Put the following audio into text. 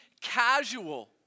casual